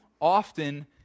often